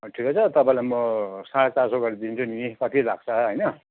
अँ ठिकै छ तपाईँलाई म साढे चार सौ गरिदिन्छु नि कति लाग्छ होइन